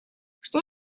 что